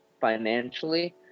financially